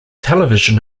television